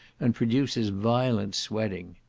and produces violent swelling.